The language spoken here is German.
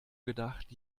gedacht